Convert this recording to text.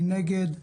מי נגד.